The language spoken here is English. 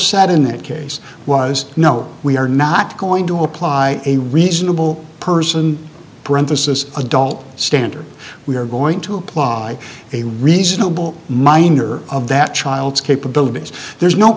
said in that case was no we are not going to apply a reasonable person parenthesis adult standard we are going to apply a reasonable minder of that child's capabilities there's no